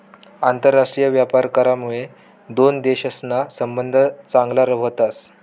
आंतरराष्ट्रीय व्यापार करामुये दोन देशसना संबंध चांगला व्हतस